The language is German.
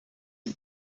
sie